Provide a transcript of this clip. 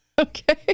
Okay